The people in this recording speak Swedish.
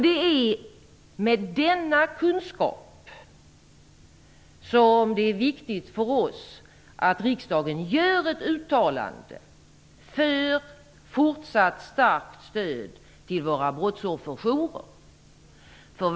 Det är med denna kunskap som det är viktigt för oss att riksdagen gör ett uttalande för fortsatt starkt stöd till våra brottsofferjourer.